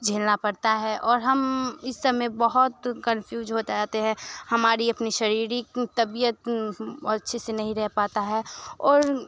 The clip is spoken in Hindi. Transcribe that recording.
झेलना पड़ता है और हम इस सब में बहुत कनफ्यूज़ हो जाते हैं हमारी अपनी शारीरिक तबियत और अच्छे से नहीं रह पाती है और